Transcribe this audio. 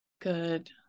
Good